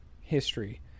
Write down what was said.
history